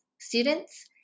students